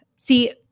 See